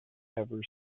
ever